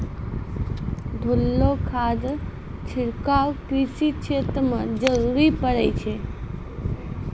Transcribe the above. घोललो खाद छिड़काव कृषि क्षेत्र म जरूरी पड़ै छै